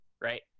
right